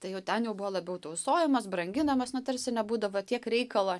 tai jau ten jau buvo labiau tausojamos branginamos na tarsi nebūdavo tiek reikalo